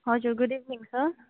हजुर good evening sir